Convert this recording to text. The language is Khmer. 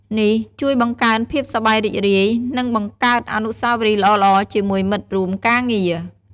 នេះជួយបង្កើនភាពសប្បាយរីករាយ និងបង្កើតអនុស្សាវរីយ៍ល្អៗជាមួយមិត្តរួមការងារ។